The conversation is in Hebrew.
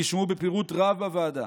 נשמעו בפירוט רב בוועדה,